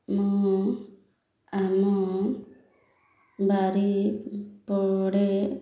ମୁଁ ଆମ ବାରି ପଟେ